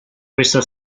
questa